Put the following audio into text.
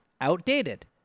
outdated